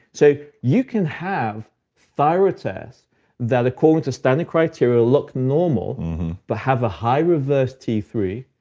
so you can have thyroid tests that, according to standard criteria, look normal but have a high reverse t three,